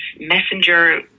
messenger